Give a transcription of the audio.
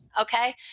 okay